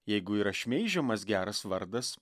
jeigu yra šmeižiamas geras vardas